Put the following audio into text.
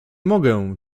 mogę